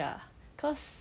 ya cause